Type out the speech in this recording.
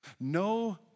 No